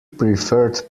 preferred